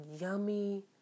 yummy